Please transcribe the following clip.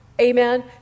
Amen